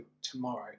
tomorrow